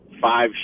five